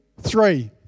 three